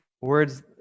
Words